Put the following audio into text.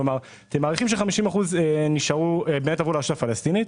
כלומר אתם מעריכים ש-50% עברו לרשות הפלסטינית.